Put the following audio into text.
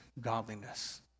godliness